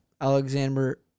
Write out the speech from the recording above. Alexander